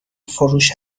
فروش